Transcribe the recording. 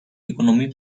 economy